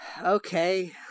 Okay